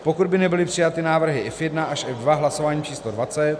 pokud by nebyly přijaty návrhy F1 až F2 hlasováním č. dvacet